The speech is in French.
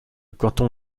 canton